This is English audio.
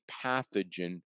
pathogen